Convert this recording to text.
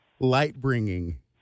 Light-bringing